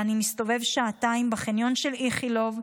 ואני מסתובב שעתיים בחניון של איכילוב,